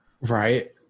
Right